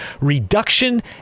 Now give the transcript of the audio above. reduction